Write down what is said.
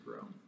grow